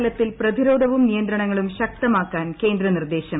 തലത്തിൽ പ്രതിരോധവും നിയന്ത്രണങ്ങളും ശക്തമാക്കാൻ കേന്ദ്ര നിർദ്ദേശം